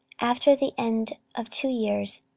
after the end of two years,